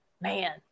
man